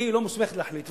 היא לא מוסמכת להחליט.